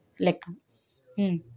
ಲೆಕ್ಕ ಹ್ಞೂ